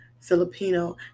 filipino